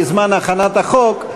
בזמן הכנת החוק,